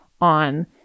on